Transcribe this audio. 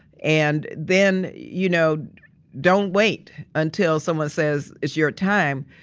and then you know don't wait until someone says it's your time.